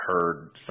heard